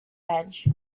edge